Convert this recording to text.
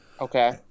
Okay